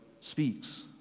speaks